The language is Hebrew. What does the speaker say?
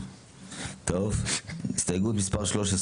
מי בעד קבלת ההסתייגות מספר 13?